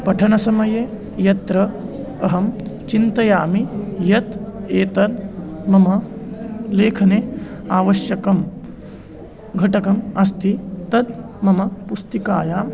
पठनसमये यत्र अहं चिन्तयामि यत् एतद् मम लेखने आवश्यकं घटकम् अस्ति तत् मम पुस्तिकायां